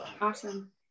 Awesome